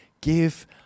give